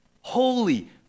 Holy